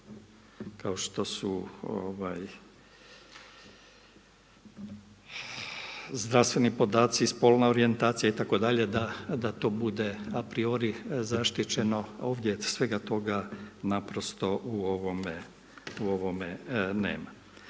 kao što su zdravstveni podaci, spolna orijentacija da to bude a priori zaštićeno, ovdje svega toga naprosto u ovome nema.